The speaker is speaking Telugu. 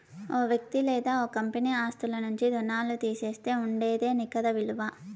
ఓ వ్యక్తి లేదా ఓ కంపెనీ ఆస్తుల నుంచి రుణాల్లు తీసేస్తే ఉండేదే నికర ఇలువ